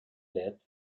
led